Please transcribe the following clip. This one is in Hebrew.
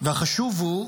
והחשוב הוא,